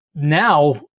Now